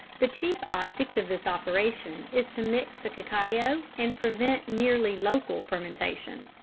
the chief object of this operation is to mix the cacao and prevent merely local fermentation.